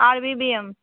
R B B M